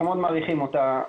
אנחנו מאוד מעריכים אותה,